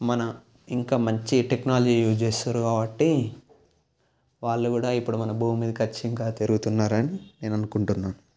మన ఇంకా మంచి టెక్నాలజీ యూజ్ చేస్తారు కాబట్టి వాళ్ళు కూడా ఇప్పుడు మన భూమి మీదకి వచ్చి ఇంకా తిరుగుతున్నారని నేను అనుకుంటున్నాను